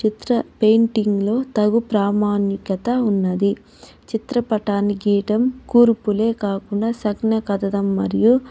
చిత్ర పెయింటింగ్లో తగు ప్రామానికత ఉన్నది చిత్రపటాన్ని గీయటం కూర్పులే కాకుండా సంజ్ఞ కథనం మరియు